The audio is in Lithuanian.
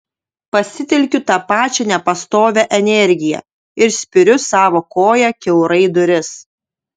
pasitelkiu tą pačią nepastovią energiją ir spiriu savo koja kiaurai duris